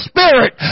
Spirit